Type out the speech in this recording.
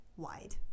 wide